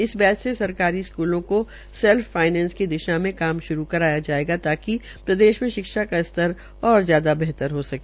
इस बैच से सरकारी स्कुलों को सैल्फ फाईनेंस की दिशा में कार्य श्रू करवाया जाएगा ताकि प्रदेश में शिक्षा का स्तर ओर ज्यादा बेहतर हो सके